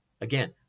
Again